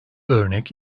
örnek